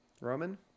Roman